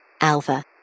Alpha